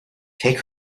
take